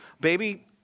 baby